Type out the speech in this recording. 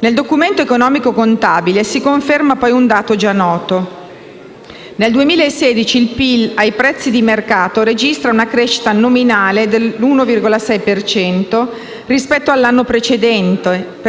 Nel documento economico-contabile si conferma poi un dato già noto: nel 2016 il PIL ai prezzi di mercato registra una crescita nominale dello 1,6 per cento rispetto all'anno precedente